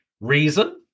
reason